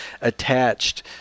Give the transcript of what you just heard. attached